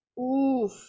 Oof